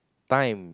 time